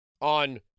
on